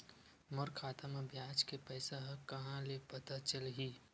मोर खाता म ब्याज के पईसा ह कहां ले पता चलही?